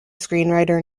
screenwriter